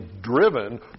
driven